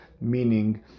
meaning